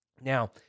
Now